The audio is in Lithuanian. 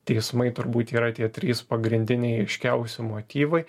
teismai turbūt yra tie trys pagrindiniai ryškiausi motyvai